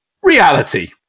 Reality